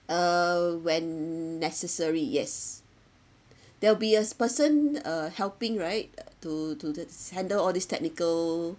uh when necessary yes there will be a person uh helping right to to the handle all this technical